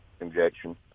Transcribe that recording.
injection